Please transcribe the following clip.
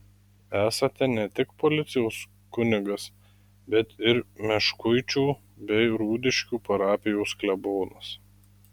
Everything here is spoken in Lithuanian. esate ne tik policijos kunigas bet ir meškuičių bei rudiškių parapijos klebonas